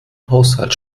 haushalt